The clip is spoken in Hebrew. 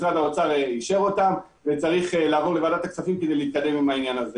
משרד האוצר אישר אותן וצריך לעבור לוועדת הכספים כדי להתקדם עם העניין.